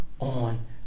on